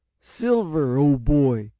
silver, old boy!